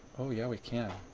oh, yeah, we can.